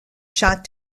shot